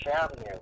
Avenue